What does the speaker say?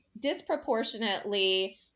disproportionately